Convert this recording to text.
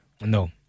No